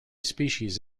species